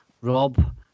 Rob